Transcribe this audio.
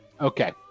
Okay